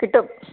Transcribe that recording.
കിട്ടും